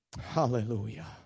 hallelujah